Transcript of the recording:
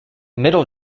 middle